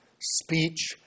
speech